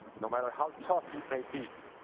no matter how tough you may be,